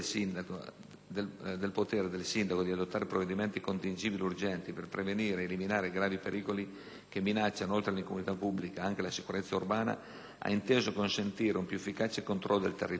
del potere del sindaco di adottare provvedimenti contingibili e urgenti per prevenire ed eliminare gravi pericoli che minacciano, oltre all'incolumità pubblica, anche la sicurezza urbana ha inteso consentire un più efficace controllo del territorio.